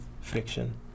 friction